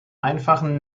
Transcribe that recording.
einfachen